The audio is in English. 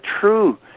true